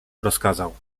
rozkazał